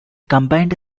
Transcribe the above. combined